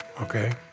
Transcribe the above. okay